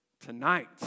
Tonight